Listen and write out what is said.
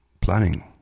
planning